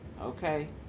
okay